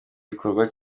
gikorwa